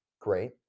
Great